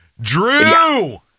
Drew